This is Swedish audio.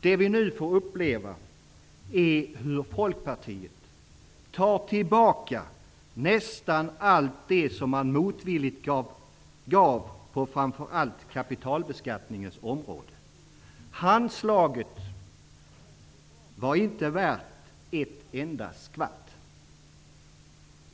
Det vi nu får uppleva är hur Folkpartiet tar tillbaka nästan allt det som man motvilligt gav framför allt på kapitalbeskattningens område. Handslaget var inte värt ett enda skvatt.